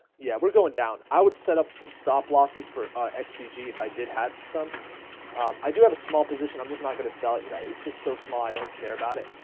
yeah, we're going down i would set up some stop losses for ah xvg if i did had some i do have a small position i'm just not gonna sell it because i it's just so small. i don't care about it